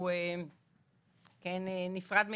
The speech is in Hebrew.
הוא נפרד מאיתנו,